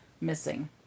missing